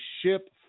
ship